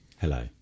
hello